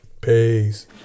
Peace